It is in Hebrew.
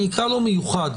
אני אקרא לו מיוחד,